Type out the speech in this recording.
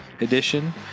Edition